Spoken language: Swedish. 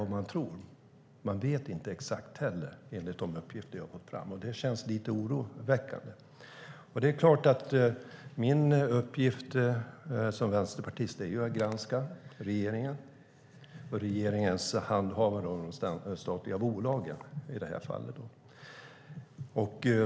Det är vad man tror. Enligt de uppgifter som jag har fått fram vet man inte exakt. Det känns lite oroväckande. Min uppgift som vänsterpartist är att granska regeringen och regeringens handhavande av de statliga bolagen i detta fall.